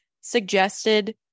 suggested